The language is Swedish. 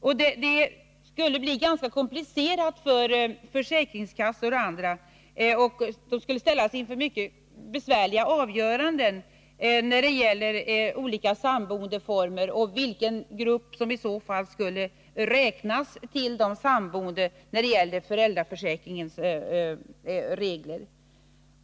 Arbetet skulle bli ganska komplicerat för försäkringskassor m.fl. De skulle ställas inför mycket besvärliga avgöranden när det gäller olika samboendeformer och vilken grupp som skulle räknas till de samboende när det gäller föräldraförsäkringens regler.